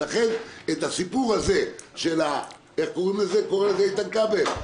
לכן את הסיפור הזה של הפרוצדורה כפי שקרא לזה איתן כבל,